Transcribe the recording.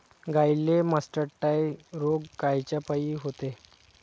गाईले मासटायटय रोग कायच्यापाई होते?